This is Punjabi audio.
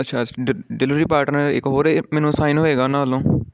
ਅੱਛਾ ਡਿ ਡਿਲੀਵਰੀ ਪਾਰਟਨਰ ਇੱਕ ਹੋਰ ਇਹ ਮੈਨੂੰ ਅਸਾਈਨ ਹੋਵੇਗਾ ਉਹਨਾਂ ਵੱਲੋਂ